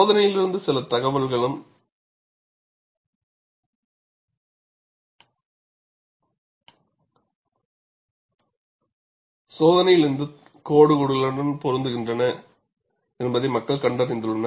சோதனையிலிருந்து சில தகவல்களும் சோதனையில் இந்த கோடுகளுடன் பொருந்துகின்றன என்பதை மக்கள் கண்டறிந்துள்ளனர்